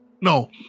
No